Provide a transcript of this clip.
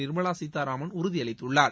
Nirmala Sitharaman உறுதிஅளித்துள்ளார்